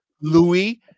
Louis